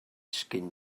skin